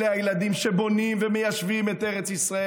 אלה הילדים שבונים ומיישבים את ארץ ישראל.